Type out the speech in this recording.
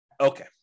Okay